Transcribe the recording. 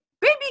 baby